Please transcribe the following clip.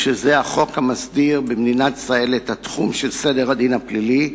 שהוא החוק המסדיר במדינת ישראל את התחום של סדר הדין הפלילי,